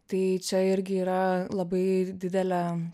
tai čia irgi yra labai didelė